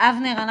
אבנר,